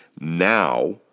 now